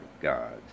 gods